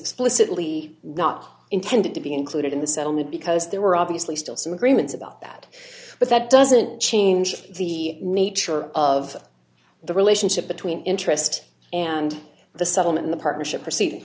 explicitly not intended to be included in the settlement because there were obviously still some agreements about that but that doesn't change the nature of the relationship between interest and the settlement the partnership rece